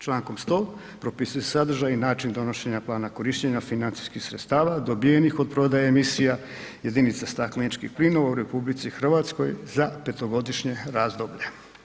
Člankom 100. propisuje se sadržaj i način donošenja plana korištenja financijskih sredstava dobijenih od prodaje emisija jedinica stakleničkih plinova u RH za petogodišnje razdoblje.